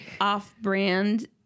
off-brand